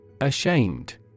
Ashamed